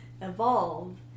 evolve